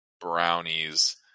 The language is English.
brownies